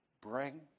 bring